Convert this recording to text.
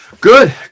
Good